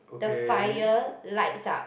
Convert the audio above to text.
the fire lights up